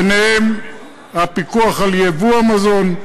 ובהם הפיקוח על ייבוא המזון,